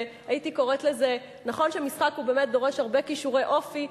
הייתי קוראת לזה נכון שמשחק באמת דורש הרבה כישורי אופי,